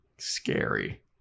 scary